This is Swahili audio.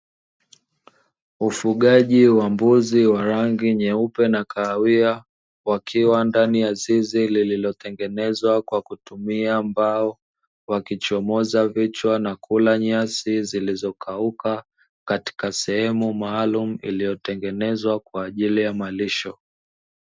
Ufugaji wa mbuzi wa rangi nyeupe na kahawia, wakiwa ndani ya zizi lililotengenezwa kwa kutumia mbao. Wakichomoza vichwa na kula nyasi zilizokauka, katika sehemu maalumu iliyotengenezwa kwa ajili ya malisho.